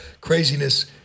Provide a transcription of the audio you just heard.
craziness